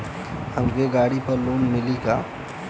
हमके गाड़ी पर लोन मिली का?